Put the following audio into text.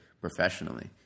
professionally